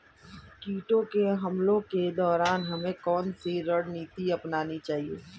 कीटों के हमलों के दौरान हमें कौन सी रणनीति अपनानी चाहिए?